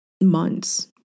months